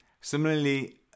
Similarly